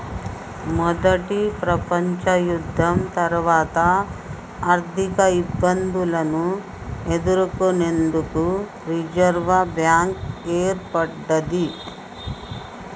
మొదటి ప్రపంచయుద్ధం తర్వాత ఆర్థికఇబ్బందులను ఎదుర్కొనేందుకు రిజర్వ్ బ్యాంక్ ఏర్పడ్డది